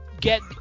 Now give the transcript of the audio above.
get